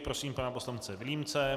Prosím pana poslance Vilímce.